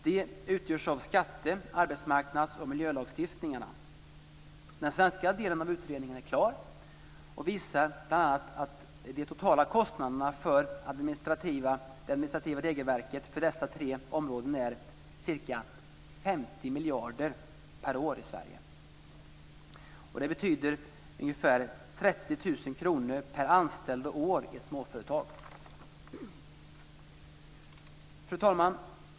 De utgörs av skatte-, arbetsmarknads och miljölagstiftningarna. Den svenska delen av utredningen är klar och visar bl.a. att de totala kostnaderna för det administrativa regelverket för dessa tre områden är ca 50 miljarder per år i Sverige. Det betyder ungefär Fru talman!